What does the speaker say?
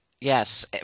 Yes